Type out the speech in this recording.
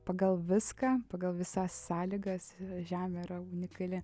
pagal viską pagal visas sąlygas žemė yra unikali